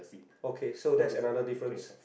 okay so that's another difference